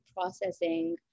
processing